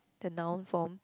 the noun form